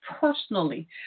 personally